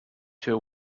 two